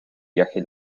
viaje